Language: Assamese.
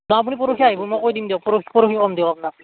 আপুনি পৰহি আহিব মই কৈ দিম দিয়ক পৰহি পৰহি কম দিয়ক আপোনাক